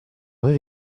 vrai